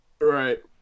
Right